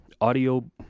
audio